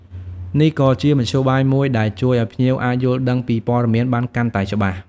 នេះក៏ជាមធ្យោបាយមួយដែលជួយឱ្យភ្ញៀវអាចយល់ដឹងពីព័ត៌មានបានកាន់តែច្បាស់។